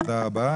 תודה רבה.